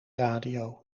radio